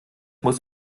muss